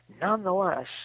nonetheless